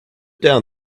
down